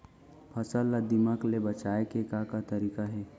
फसल ला दीमक ले बचाये के का का तरीका हे?